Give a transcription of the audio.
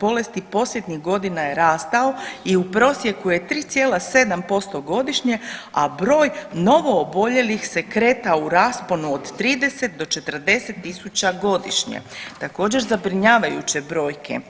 bolesti posljednjih godina je rastao i u prosjeku je 3,7% godišnje, a broj novooboljelih se kretao u rasponu od 30 do 40.000 godišnje, također zabrinjavajuće brojke.